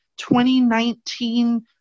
2019